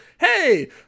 hey